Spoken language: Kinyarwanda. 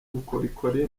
ubukorikori